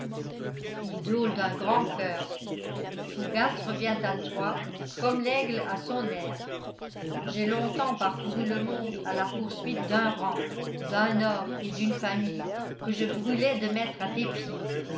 idole d'un grand coeur fougas revient à toi comme l'aigle à son aire j'ai longtemps parcouru le monde à la poursuite d'un rang d'un or et d'une famille que je brûlais de mettre à tes pieds